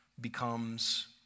becomes